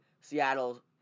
Seattle